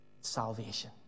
salvation